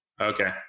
Okay